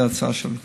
זאת ההצעה שלי.